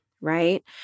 right